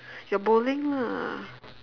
your bowling lah